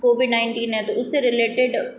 Covid nineteen है तो उससे रिलेटेड